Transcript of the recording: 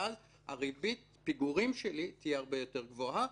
ואז ריבית הפיגורים שלי תהיה הרבה יותר גבוהה,